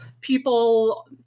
people